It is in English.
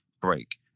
break